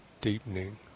deepening